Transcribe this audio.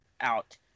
out